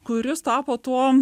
kuris tapo tuo